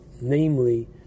namely